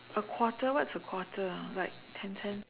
a quarter what's a quarter ah like ten cent